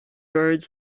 birds